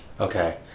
Okay